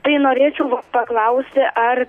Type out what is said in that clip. tai norėčiau paklausti ar